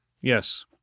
Yes